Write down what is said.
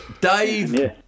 Dave